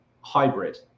hybrid